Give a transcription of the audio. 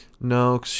No